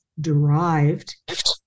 derived